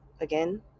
again